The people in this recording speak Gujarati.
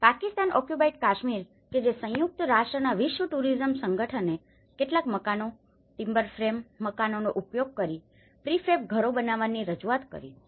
પાકિસ્તાન ઓક્યુપાઇડ કાશ્મીર કે જે સંયુક્ત રાષ્ટ્રના વિશ્વ ટુરીઝમ સંગઠને કેટલાક મકાનો ટીમ્બર ફ્રેમ મકાનોનો ઉપયોગ કરીને પ્રિફેબ ઘરો બનાવવાની રજૂઆત કરી છે